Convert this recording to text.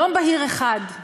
יום בהיר אחד,